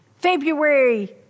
February